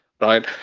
right